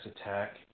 attack